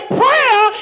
prayer